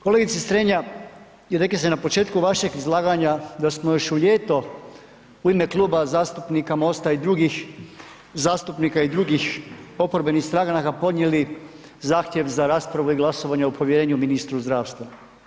Kolegice Strenja, rekli ste na početku vašeg izlaganja da smo još u ljeto u ime Kluba zastupnika MOST-a i drugih zastupnika i drugih oporbenih stranaka podnijeli zahtjev za raspravu i glasovanje o povjerenju ministru zdravstva.